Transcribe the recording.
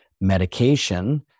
medication